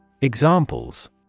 Examples